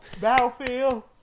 battlefield